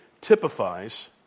typifies